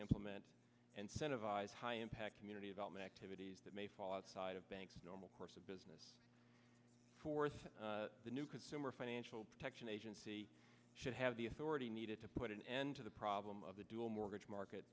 implement and set of eyes high impact community development activities that may fall outside of banks normal course of business for us the new consumer financial protection agency should have the authority needed to put an end to the problem of the dual mortgage market